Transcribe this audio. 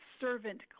servant